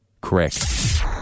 Correct